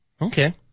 Okay